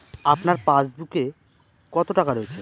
আপনার পাসবুকে কত টাকা রয়েছে?